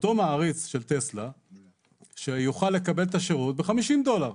אותו מעריץ של טסלה שיוכל לקבל את השירות ב-50 דולר,